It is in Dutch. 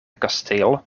kasteel